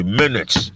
minutes